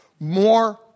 more